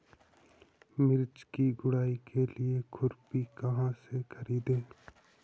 मिर्च की गुड़ाई के लिए खुरपी कहाँ से ख़रीदे?